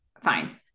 Fine